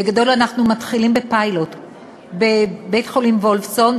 בגדול אנחנו מתחילים בפיילוט בבית-חולים וולפסון,